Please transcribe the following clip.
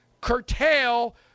curtail